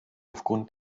aufgrund